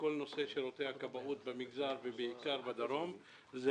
בכל נושא שירותי הכבאות במגזר ובעיקר בדרום אלה